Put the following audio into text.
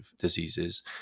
diseases